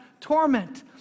torment